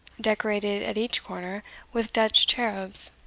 decorated at each corner with dutch cherubs,